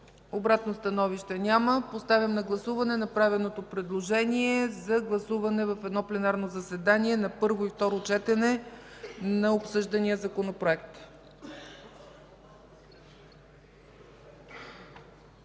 Обратно становище няма. Подлагам на гласуване направеното предложение за гласуване в едно пленарно заседание на първо и второ четене на обсъждания законопроект.